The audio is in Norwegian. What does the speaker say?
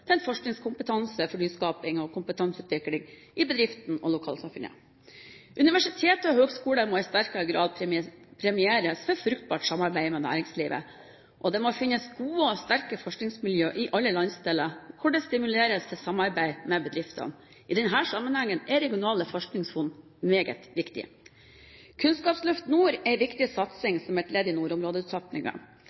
seg forskningskompetanse for nyskaping og kompetanseutvikling i bedriften og lokalsamfunnet. Universiteter og høyskoler må i sterkere grad premieres for fruktbart samarbeid med næringslivet, og det må finnes gode og sterke forskningsmiljøer i alle landsdeler, hvor det stimuleres til samarbeid med bedriftene. I denne sammenheng er de regionale forskningsfondene meget viktige. Kunnskapsløft Nord er viktig som et ledd i